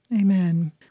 Amen